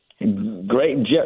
Great